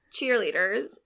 cheerleaders